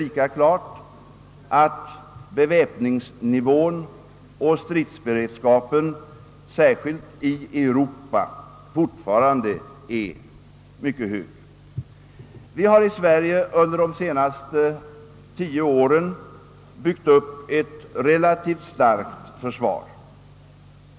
Lika klart är emellertid att beväpnings nivån och stridsberedskapen, särskilt i Europa, fortfarande är mycket hög. Vi har i Sverige under de senaste tio åren byggt upp ett relativt starkt försvar.